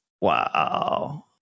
Wow